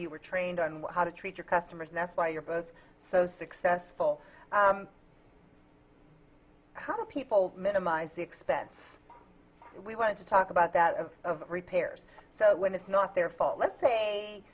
you were trained on how to treat your customers and that's why you're both so successful how do people minimize the expense we want to talk about that of repairs so when it's not their fault let's say